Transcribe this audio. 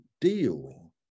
deal